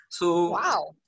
Wow